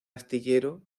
astillero